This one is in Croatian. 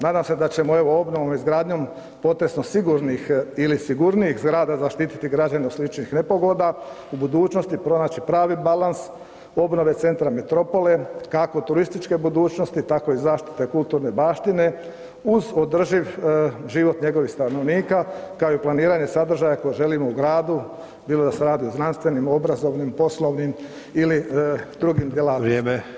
Nadam se da ćemo obnovom i izgradnjom potresno sigurnih ili sigurnijih zgrada zaštititi građane od sličnih nepogoda u budućnosti pronaći pravi balans obnove centra metropolo, kako turističke budućnosti tako i zaštite kulturne baštine uz održiv život njegovih stanovnika kao i planiranje sadržaja koje želimo u gradu, bilo da se radi o znanstvenim, obrazovnim, poslovnim ili drugim djelatnostima.